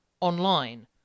online